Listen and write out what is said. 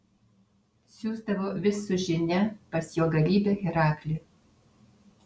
siųsdavo vis su žinia pas jo galybę heraklį